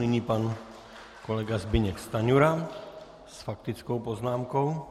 Nyní pan kolega Zbyněk Stanjura s faktickou poznámkou.